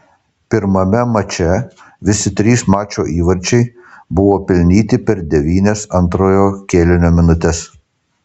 pirmame mače visi trys mačo įvarčiai buvo pelnyti per devynias antrojo kėlinio minutes